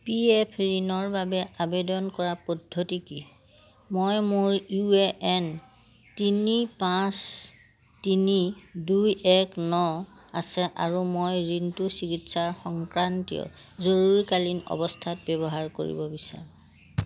P F ঋণৰ বাবে আবেদন কৰাৰ পদ্ধতি কি মই মোৰ ইউ এ এন তিনি পাঁচ তিনি দুই এক ন আছে আৰু মই ঋণটো চিকিৎসা সংক্ৰান্তীয় জৰুৰীকালীন অৱস্থাত ব্যৱহাৰ কৰিব বিচাৰোঁ